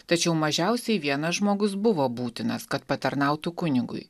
tačiau mažiausiai vienas žmogus buvo būtinas kad patarnautų kunigui